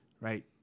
right